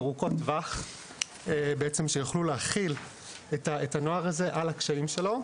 ארוכות טווח בעצם שיכולו להכיל את הנוער הזה על הקשיים שלו.